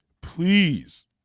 please